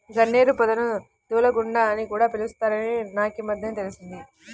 గన్నేరు పొదను దూలగుండా అని కూడా పిలుత్తారని నాకీమద్దెనే తెలిసింది